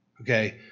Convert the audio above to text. Okay